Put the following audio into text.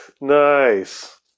Nice